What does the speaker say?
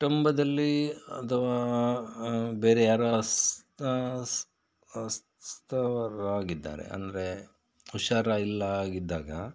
ಕುಟುಂಬದಲ್ಲಿ ಅಥವಾ ಬೇರೆ ಯಾರು ಸ್ ಸ್ ಅಸ್ತವರಾಗಿದ್ದಾರೆ ಅಂದರೆ ಹುಷಾರು ಇಲ್ಲ ಆಗಿದ್ದಾಗ